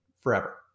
forever